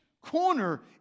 corner